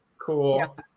Cool